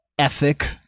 Ethic